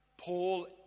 Paul